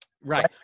right